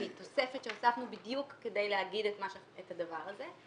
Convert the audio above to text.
היא תוספת שהוספנו בדיוק כדי להגיד את הדבר הזה.